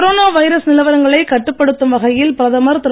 corona virus நிலவரங்களைக் கட்டுப்படுத்தும் வகையில் பிரதமர் திரு